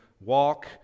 walk